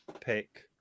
pick